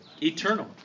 Eternal